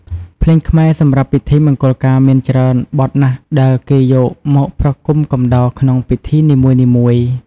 ភ្លេងខ្មែរសំរាប់ពិធីមង្គលការមានច្រើនបទណាស់ដែលគេយកមកប្រគំកំដរក្នុងពិធីនីមួយៗ។